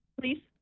Please